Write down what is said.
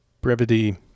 brevity